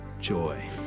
joy